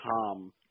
Tom